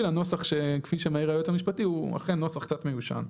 לנוסח שכפי שמעיר היועץ המשפטי הוא אכן נוסח קצת מיושן.